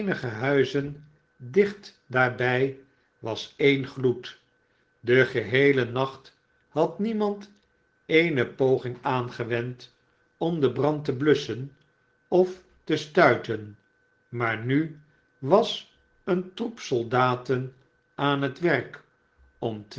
huizen dicht daarbij was een gloed den geheelen nacht had niemand eene pogmg aangewend om den brand te blusschen of te stuiten maar nu was een troep soldaten aan het werk om